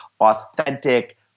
authentic